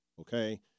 okay